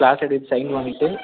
class டீச்சர்கிட்ட sign வாங்கிட்டு